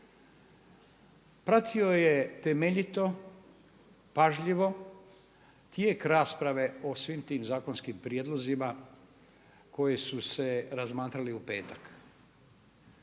pratio je temeljito, pažljivo tijek rasprave o svim tim zakonskim prijedlozima koji su se razmatrali u petak.